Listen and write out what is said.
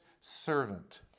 servant